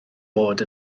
bod